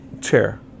chair